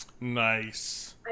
Nice